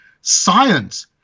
science